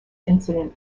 incident